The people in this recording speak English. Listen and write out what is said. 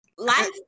life